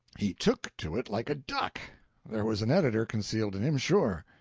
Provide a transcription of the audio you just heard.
he took to it like a duck there was an editor concealed in him, sure.